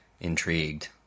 intrigued